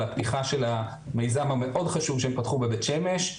הפתיחה של המיזם המאוד חשוב שהם פתחו בבית שמש.